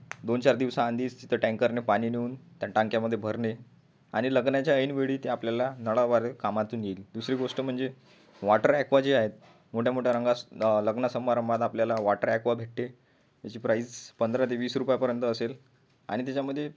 दोनचार दिवसांआधीच तिथे टँकरने पाणी नेऊन त्या टाक्यांमध्ये भरणे आणि लग्नाच्या ऐन वेळी ते आपल्याला नळावारे कामातून येईल दुसरी गोष्ट म्हणजे वॉटर अॅक्वा जे आहेत मोठ्यामोठ्या रंगात लग्न समारंभात आपल्याला वॉटर अॅक्वा भेटते त्याची प्राईस पंधरा ते वीस रुपयापर्यंत असेल आणि त्याच्यामध्ये